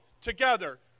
together